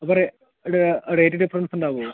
അപ്പോൾ ഇവിടെ rate difference ഉണ്ടാവുമോ